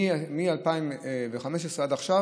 מ-2015 עד עכשיו,